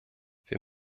wir